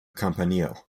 campanile